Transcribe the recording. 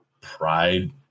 pride